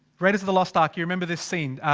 raiders of the lost ark you remember this scene?